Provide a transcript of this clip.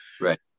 Right